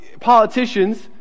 Politicians